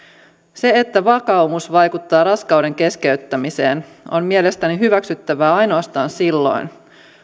se että vakaumus vaikuttaa raskauden keskeyttämiseen on mielestäni hyväksyttävää ainoastaan silloin